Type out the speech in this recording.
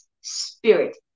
spirit